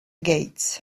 gates